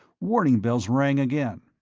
warning bells rang again.